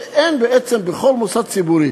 שאין בעצם בכל מוסד ציבורי,